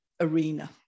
arena